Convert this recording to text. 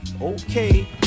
Okay